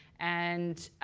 and